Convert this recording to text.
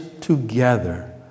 together